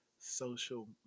social